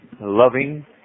loving